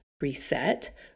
reset